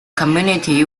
community